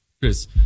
Chris